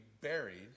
buried